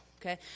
okay